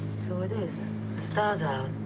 so it is. the stars are